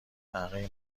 تحقیر